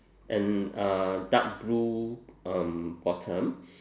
and uh dark blue um bottom